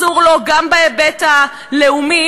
גם בהיבט הלאומי,